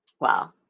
Wow